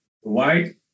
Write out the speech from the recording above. white